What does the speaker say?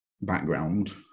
background